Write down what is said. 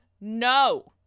No